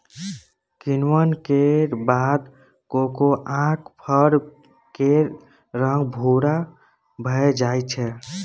किण्वन केर बाद कोकोआक फर केर रंग भूरा भए जाइ छै